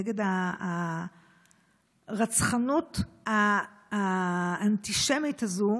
נגד הרצחנות האנטישמית הזו